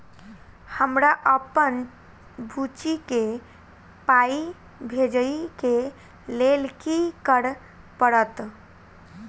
हमरा अप्पन बुची केँ पाई भेजइ केँ लेल की करऽ पड़त?